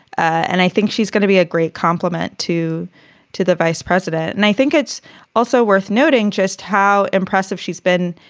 and i think she's going to be a great complement to to the vice president. and i think it's also worth noting just how impressive she's been,